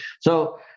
so-